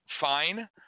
Fine